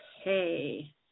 Okay